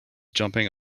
jumping